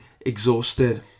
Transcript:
exhausted